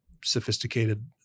sophisticated